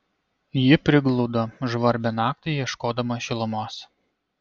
ji prigludo žvarbią naktį ieškodama šilumos